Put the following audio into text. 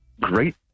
great